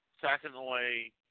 Secondly